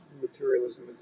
materialism